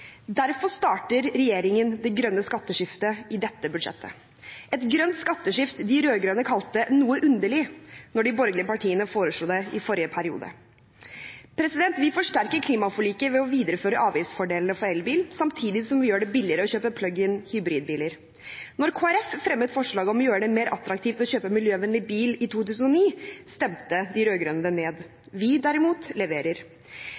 Derfor starter regjeringen det grønne skatteskiftet i dette budsjettet, et grønt skatteskift de rød-grønne kalte «noe underlig» da de borgerlige partiene foreslo det i forrige periode. Vi forsterker klimaforliket ved å videreføre avgiftsfordelene for elbil, samtidig som vi gjør det billigere å kjøpe plug-in hybridbiler. Da Kristelig Folkeparti fremmet forslag om å gjøre det mer attraktivt å kjøpe miljøvennlig bil i 2009, stemte de rød-grønne det ned. Vi, derimot, leverer.